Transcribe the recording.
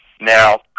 Now